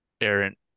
errant